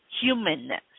humanness